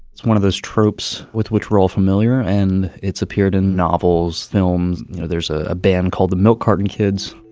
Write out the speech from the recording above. it's one of those tropes with which we're all familiar, and it's appeared in novels, films, you know there's a band called the milk carton kids,